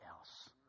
else